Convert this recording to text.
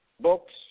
books